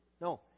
No